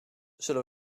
zullen